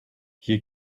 hier